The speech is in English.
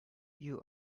you